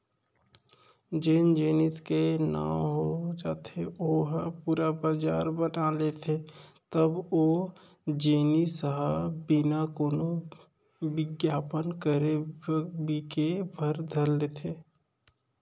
जेन जेनिस के नांव हो जाथे ओ ह पुरा बजार बना लेथे तब ओ जिनिस ह बिना कोनो बिग्यापन करे बिके बर धर लेथे